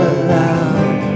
aloud